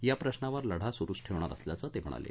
या प्रश्नावर लढा सुरूच ठेवणार असल्याचं ते म्हणाले